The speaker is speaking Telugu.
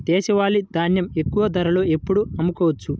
దేశవాలి ధాన్యం ఎక్కువ ధరలో ఎప్పుడు అమ్ముకోవచ్చు?